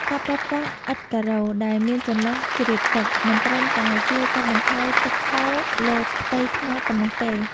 ការប្រើប្រាស់ឥដ្ឋការ៉ូដែលមានចន្លោះជ្រាបទឹក មិនត្រឹមតែជួយកាត់បន្ថយទឹកហូរលើផ្ទៃថ្នល់ប៉ុណ្ណោះទេ។